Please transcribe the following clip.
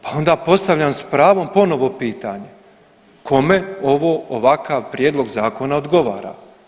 Pa onda postavljam s pravom ponovo pitanje, kome ovo ovakav prijedlog zakona odgovara?